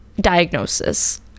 diagnosis